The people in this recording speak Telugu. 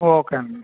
ఓకే అండి